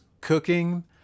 cooking